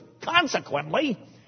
Consequently